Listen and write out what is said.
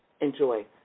enjoy